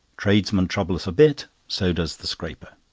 tradesmen trouble us a bit, so does the scraper.